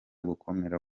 gukomera